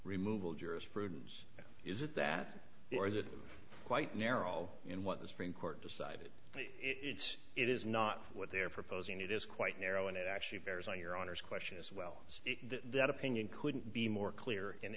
removal jurisprudence is it that or is it quite narrow in what the supreme court decided it's it is not what they're proposing it is quite narrow and it actually bears on your honor's question as well that opinion couldn't be more clear in